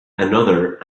another